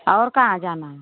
और कहाँ जाना है